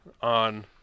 on